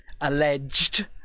alleged